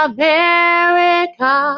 America